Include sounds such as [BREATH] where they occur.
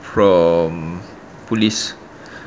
from police [BREATH]